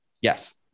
Yes